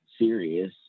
serious